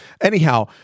Anyhow